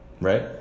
right